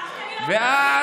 הפכת להיות נביא,